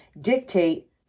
dictate